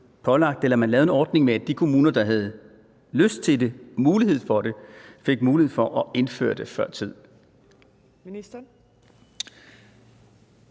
– at lave en ordning, hvor de kommuner, der havde lyst til det og mulighed for det, fik mulighed for at indføre det før tid?